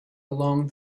along